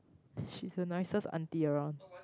she's the nicest auntie around